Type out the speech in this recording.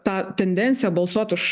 ta tendencija balsuot už